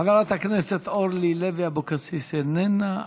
חברת הכנסת אורלי לוי אבקסיס, איננה.